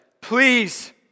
please